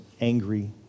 angry